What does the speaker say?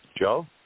Joe